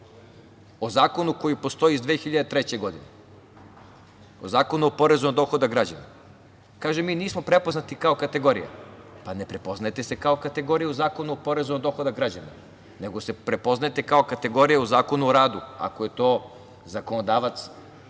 O zakonu koji postoji iz 2003. godine? O zakonu o porezu na dohodak građana? Kaže – mi nismo prepoznati kao kategorija. Pa ne prepoznajete se kao kategorija u Zakonu o porezu na dohodak građana, nego se prepoznajete kao kategorija u Zakonu o radu, ako je to zakonodavac